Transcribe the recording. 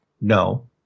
no